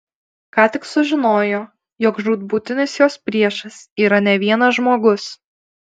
ką tik sužinojo jog žūtbūtinis jos priešas yra ne vienas žmogus